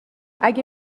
اگه